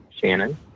Shannon